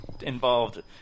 involved